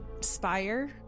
spire